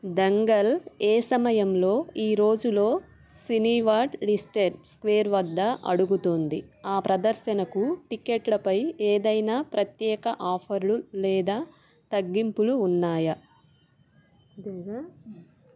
దంగల్ ఏ సమయంలో ఈ రోజులో సినీవరల్డ్ లీస్టేర్ స్క్వేర్ వద్ద అడుగుతోంది ఆ ప్రదర్శనకు టిక్కెట్లపై ఏదైనా ప్రత్యేక ఆఫర్లు లేదా తగ్గింపులు ఉన్నాయా